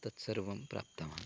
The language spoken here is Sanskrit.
तत् सर्वं प्राप्तवान्